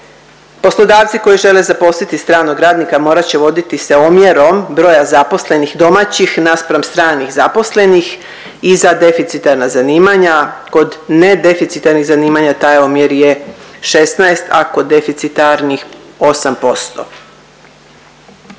Poslodavci koji žele zaposliti stranog radnika morat će voditi se omjerom broja zaposlenih domaćih naspram stranih zaposlenih i za deficitarna zanimanja kod ne deficitarnih zanimanja taj omjer je 16, a kod deficitarnih 8%.